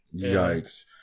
Yikes